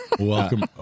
Welcome